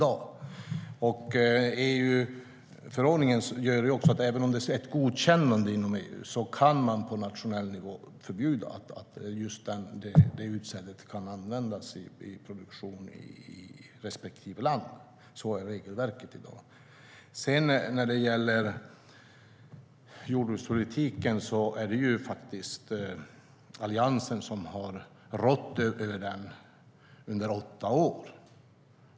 När det gäller jordbrukspolitiken är det faktiskt Alliansen som har haft ansvar för den under åtta år.